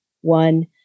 One